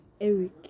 eric